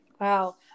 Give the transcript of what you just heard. Wow